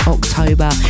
October